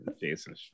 Jason